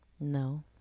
No